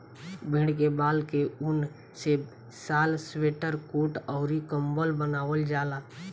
भेड़ के बाल के ऊन से शाल स्वेटर कोट अउर कम्बल बनवाल जाला